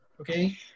Okay